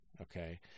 okay